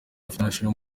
international